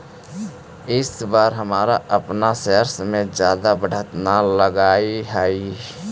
इस बार हमरा अपन शेयर्स में जादा बढ़त न लगअ हई